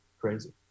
crazy